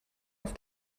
auf